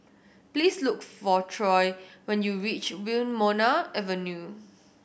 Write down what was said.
please look for Troy when you reach Wilmonar Avenue